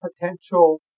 potential